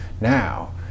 Now